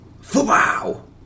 Football